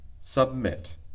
submit